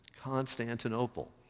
Constantinople